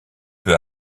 peut